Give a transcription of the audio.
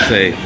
Say